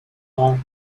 rang